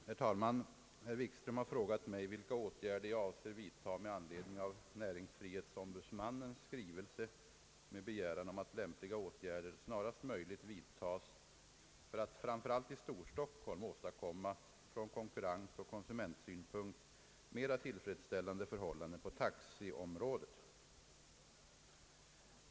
Herr talman! Herr Wikström har frågat mig vilka åtgärder jag avser vidta med anledning av näringsfrihetsombudsmannens skrivelse med begäran om att lämpliga åtgärder snarast möjligt vidtas för att, framför allt i Storstockholm, åstadkomma från konkurrensoch konsumentsynpunkt mera tillfredsställande förhållanden på taxiområdet.